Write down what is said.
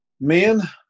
Men